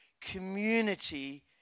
community